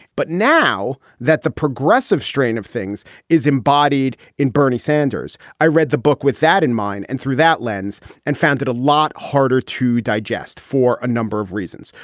but now that the progressive strain of things is embodied in bernie sanders, i read the book with that in mind. and through that lens and found it a lot harder to digest for a number of reasons.